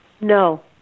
No